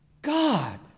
God